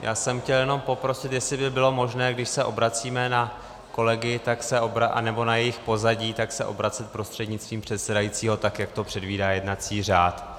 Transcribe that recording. Já jsem chtěl jenom poprosit, jestli by bylo možné, když se obracíme na kolegy nebo na jejich pozadí, tak se obracet prostřednictvím předsedajícího, tak jak to předvídá jednací řád.